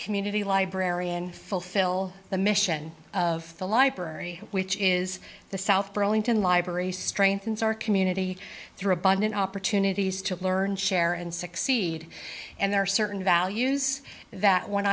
community librarian fulfill the mission of the library which is the south burlington library strengthens our community through abundant opportunities to learn share and succeed and there are certain values that when